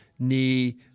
Knee